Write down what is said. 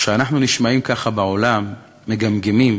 וכשאנחנו נשמעים ככה בעולם, מגמגמים,